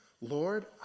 Lord